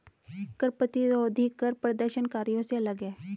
कर प्रतिरोधी कर प्रदर्शनकारियों से अलग हैं